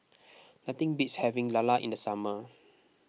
nothing beats having Lala in the summer